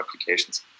applications